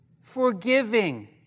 Forgiving